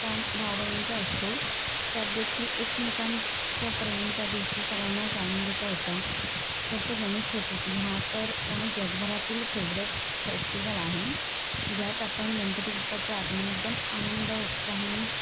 सण भावणीचा असतो त्यात देखील एकमेकांचं प्रेम त्या दिवशी सगळ्यांना जाणून घेता येतं त्यात गणेश चतुर्थी हा तर उणं जगभरातील फेवरेट फेस्टिवल आहे ज्यात आपण गणपती बप्पाचं आगमान एकदम आनंद उत्साहाने